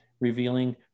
revealing